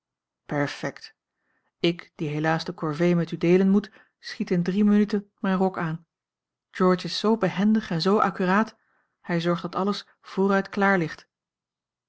perfect ik die helaas de corvée met u deelen moet schiet in drie minuten mijn rok aan george is zoo behendig en zoo accuraat hij zorgt dat alles vooruit klaar ligt